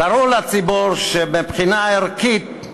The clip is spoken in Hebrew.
תראו לציבור שמבחינה ערכית,